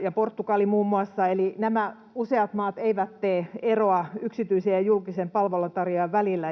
ja Portugali muun muassa, eli nämä useat maat eivät tee eroa yksityisen ja julkisen palveluntarjoajan välillä,